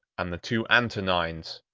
and the two antonines.